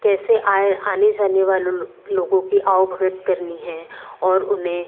कैसे आए आने जाने वाले लोगों की आवभगत करनी है और उन्हें